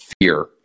fear